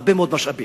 הרבה מאוד משאבים